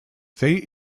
they